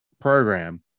program